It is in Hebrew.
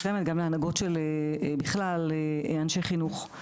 חמד וגם של הנהגות בכלל לאנשי חינוך.